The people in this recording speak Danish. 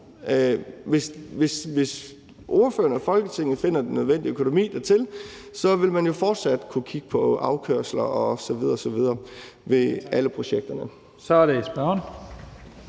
Hvis spørgeren og Folketinget finder den nødvendige økonomi til det, vil man jo fortsat kunne kigge på afkørsler osv. osv. ved alle projekterne.